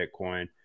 Bitcoin